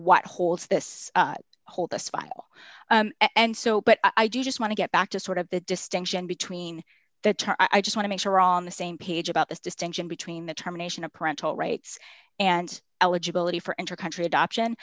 what holds this hold this final and so but i just want to get back to sort of the distinction between the i just wanna make her on the same page about this distinction between the term nation of parental rights and eligibility for intercountry adoption